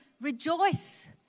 rejoice